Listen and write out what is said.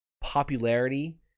popularity